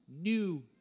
new